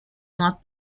not